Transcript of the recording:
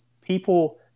people